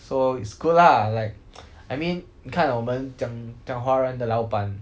so it's good lah like I mean 你看我们讲讲华人的老板